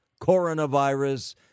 coronavirus